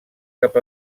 cap